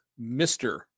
Mr